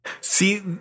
See